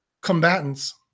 combatants